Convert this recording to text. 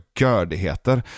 gördigheter